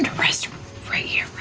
and rest right here,